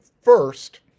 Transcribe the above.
first